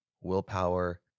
willpower